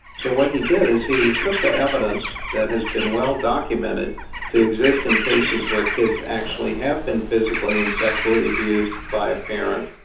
so what he did is he took the evidence that has been well documented to exist in cases where kids actually have been physically and sexually abused by a parent,